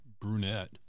brunette